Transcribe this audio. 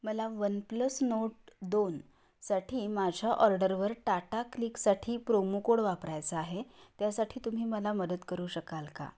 मला OnePlus note दोनसाठी माझ्या ऑर्डरवर टाटा क्लिकसाठी प्रोमो कोड वापरायचा आहे त्यासाठी तुम्ही मला मदत करू शकाल का